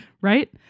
right